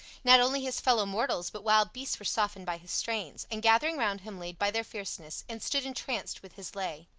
not only his fellow-mortals but wild beasts were softened by his strains, and gathering round him laid by their fierceness, and stood entranced with his lay.